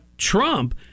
Trump